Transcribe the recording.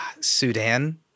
Sudan